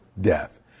death